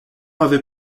avait